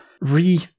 re-